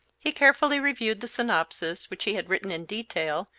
he carefully reviewed the synopsis, which he had written in detail,